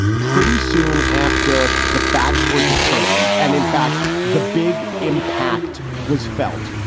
pretty soon after the facts were determined and in fact, the big impact was felt.